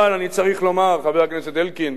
אבל אני צריך לומר, חבר הכנסת אלקין,